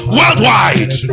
worldwide